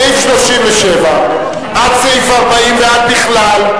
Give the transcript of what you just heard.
סעיף 37 עד סעיף 40 ועד בכלל,